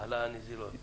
על הנזילות.